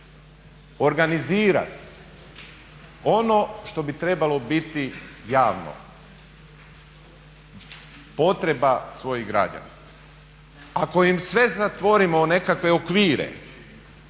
organizirati ono što bi trebalo biti javno potreba svojih građana. Ako im sve zatvorimo u nekakve okvire